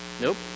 Nope